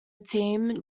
team